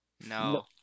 No